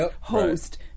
host